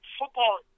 football